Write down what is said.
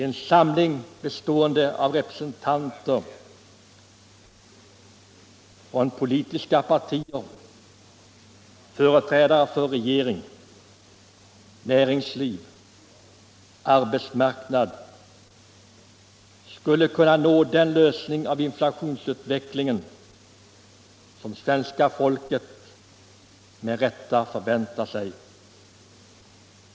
En samling bestående av företrädare för politiska partier, regering, näringsliv och arbetsmarknad skulle kunna nå den lösning av inflationsutvecklingen som svenska folket med rätta förväntar sig.